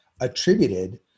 attributed